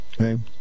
Okay